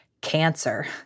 Cancer